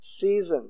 season